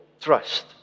trust